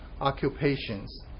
occupations